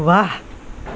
ৱাহ